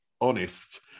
honest